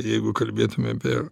jeigu kalbėtume apie